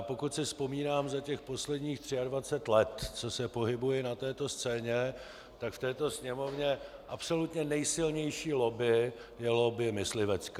Pokud si vzpomínám za těch posledních 23 let, co se pohybuji na této scéně, tak v této Sněmovně absolutně nejsilnější lobby je lobby myslivecká.